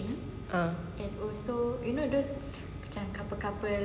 a'ah